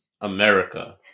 America